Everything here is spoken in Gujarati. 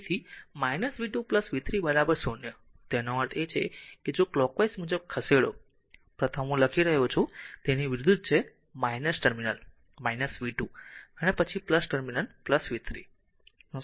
તેથી v 2 v 3 0 તેનો અર્થ એ છે કે જો કલોકવાઈઝ મુજબ ખસેડો પ્રથમ હું લખી રહ્યો છું તેની વિરુદ્ધ છે ટર્મિનલ v 2 અને પછી ટર્મિનલ v 3